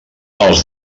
els